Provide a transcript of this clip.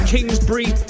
Kingsbury